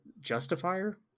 justifier